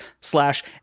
slash